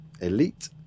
elite